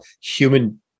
human